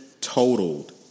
totaled